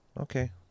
Okay